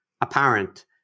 apparent